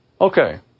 okay